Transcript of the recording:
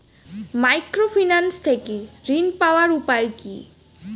Microfinance থেকে ঋণ পাওয়ার উপায় কি?